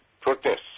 protests